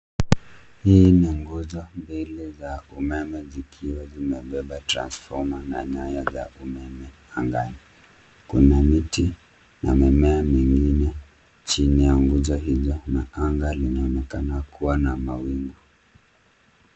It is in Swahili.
Hii ni nguzo mbili za umeme zikiwa zimebeba transfoma na nyaya za umeme angani. Kuna miti na mimea mingine chini ya nguzo hizo na anga linaonekana kuwa na mawingu.